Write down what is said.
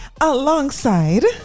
Alongside